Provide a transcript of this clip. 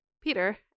Peter